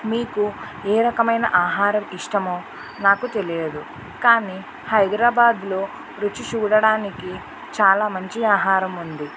మీకు ఏ రకమైన ఆహారం ఇష్టమో నాకు తెలియదు కానీ హైదరాబాద్లో రుచి చూడడానికి చాలా మంచి ఆహారం ఉంది